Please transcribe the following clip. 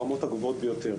ברמות הגבוהות ביותר,